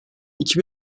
iki